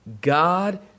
God